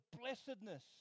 blessedness